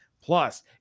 Plus